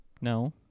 No